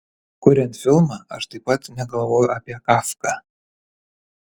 kuriant filmą aš taip pat negalvojau apie kafką